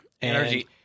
Energy